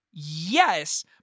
Yes